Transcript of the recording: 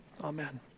Amen